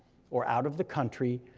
or out of the country,